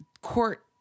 court